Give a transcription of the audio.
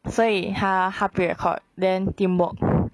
所以她她 pre-record then teamwork